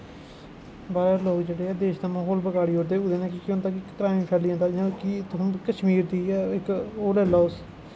बाह्रा दे लोग जेह्ड़े देश दा म्हौल बगाड़ी ओड़दे जेह्दे नै केह् होंदा कि क्राईम फैली जंदा क्योंकि तुस कश्मीर दी गै ओह् लैई लैओ तुस